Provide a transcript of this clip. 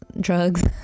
drugs